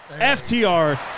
FTR